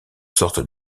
sortes